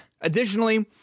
Additionally